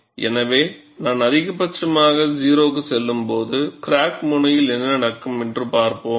எனவே நான் அதிகபட்சமாக 0 க்குச் செல்லும்போது கிராக் முனையில் என்ன நடக்கும் என்று பார்ப்போம்